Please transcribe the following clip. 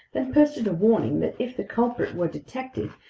then posted a warning that if the culprit were detected,